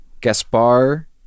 Gaspar